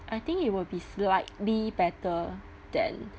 I think it will be slightly better than